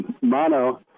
mono